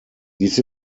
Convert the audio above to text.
dies